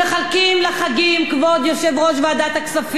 כבוד יושב-ראש ועדת הכספים גפני,